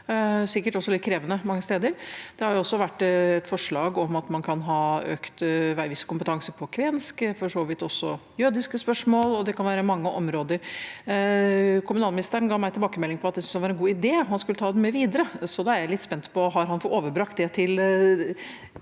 sikkert også litt krevende mange steder. Det har også vært forslag om at man kan ha økt veiviserkompetanse på kvensk, og for så vidt også når det gjelder jødiske spørsmål – det kan være mange områder. Kommunalministeren ga meg tilbakemelding om at han syntes det var en god idé, og han skulle ta den med videre. Da er jeg litt spent på dette: Har han fått overbrakt det til